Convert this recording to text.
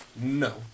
No